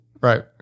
Right